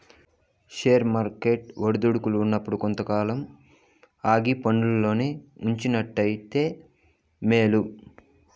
share వర్కెట్లు ఒడిదుడుకుల్ల ఉన్నప్పుడు కొంతకాలం ఆగి పండ్లల్లోనే ఉంచినావంటే మేలు